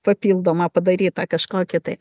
papildomą padarytą kažkokį tai